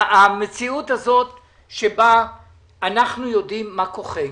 המציאות הזאת בה אנחנו יודעים מה כוחנו,